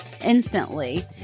instantly